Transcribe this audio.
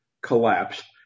collapsed